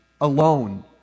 alone